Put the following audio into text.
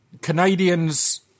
Canadians